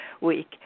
week